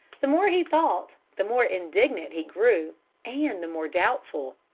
the more he thought, the more indignant he grew and the more doubtful.